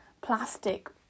plastic